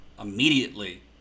immediately